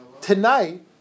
tonight